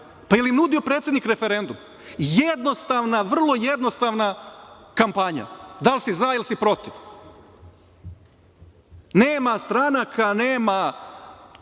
Jel im nudio predsednik referendum? Jednostavna, vrlo jednostavna kampanja, da li si za ili si protiv. Nema stranaka, nema